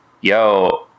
Yo